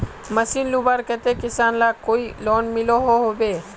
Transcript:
Machine लुबार केते किसान लाक कोई लोन मिलोहो होबे?